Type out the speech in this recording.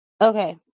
okay